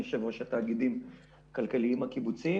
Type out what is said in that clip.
ואני יושב-ראש התאגידים הכלכליים הקיבוציים,